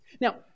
Now